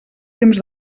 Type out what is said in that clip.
temps